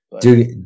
Dude